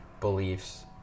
beliefs